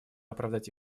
оправдать